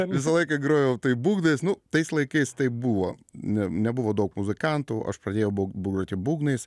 visą laiką grojau būgnais nu tais laikais tai buvo ne nebuvo daug muzikantų aš pradėjau groti būgnais